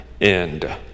end